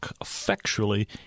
effectually